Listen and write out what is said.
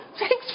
thanks